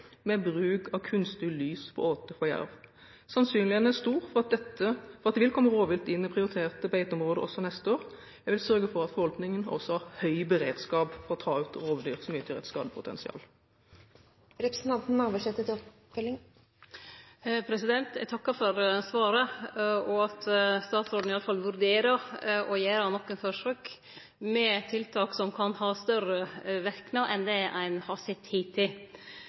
med bruk av kunstig lys på åte for jerv. Sannsynligheten er stor for at det vil komme rovvilt inn i prioriterte beiteområder også neste år. Jeg vil sørge for at forvaltningen fortsatt har høy beredskap for å ta ut rovdyr som utgjør et skadepotensial. Eg takkar for svaret – og for at statsråden i alle fall vurderer å gjere nokre forsøk med tiltak som kan ha større verknad enn det